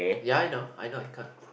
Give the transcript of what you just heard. ya I know I know I can't